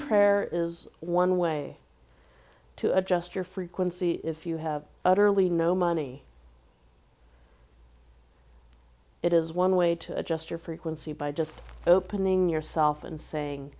prayer is one way to adjust your frequency if you have utterly no money it is one way to adjust your frequency by just opening yourself and saying